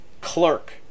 clerk